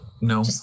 no